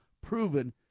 proven